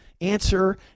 Answer